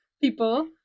people